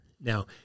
Now